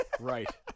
Right